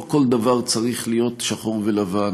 לא כל דבר צריך להיות שחור ולבן,